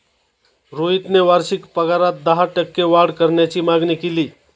रोहितने वार्षिक पगारात दहा टक्के वाढ करण्याची मागणी केली